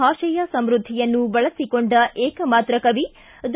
ಭಾಷೆಯ ಸಮೃದ್ದಿಯನ್ನು ಬಳಸಿಕೊಂಡ ಏಕ ಮಾತ್ರ ಕವಿ ದ